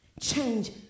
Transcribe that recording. Change